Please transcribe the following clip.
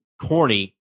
corny